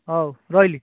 ହଉ ରହିଲି